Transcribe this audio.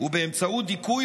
ובאמצעות דיכוי